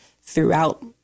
throughout